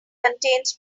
contains